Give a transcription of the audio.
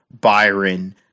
Byron